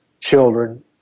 children